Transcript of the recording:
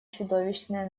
чудовищное